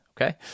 okay